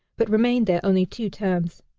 but remained there only two terms.